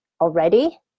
already